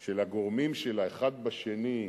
של הגורמים שלה אחד בשני,